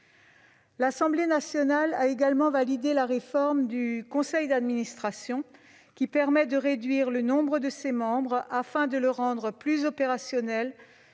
L'Assemblée nationale a également validé la réforme du conseil d'administration, qui permet de réduire le nombre de ses membres afin de le rendre plus opérationnel